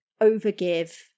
overgive